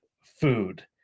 food